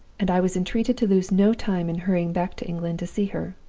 and i was entreated to lose no time in hurrying back to england to see her.